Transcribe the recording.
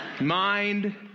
mind